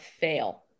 fail